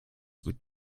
with